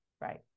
Right